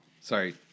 Sorry